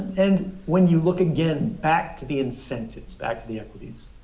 and when you look again back to the incentives, back to the equities.